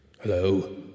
hello